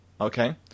Okay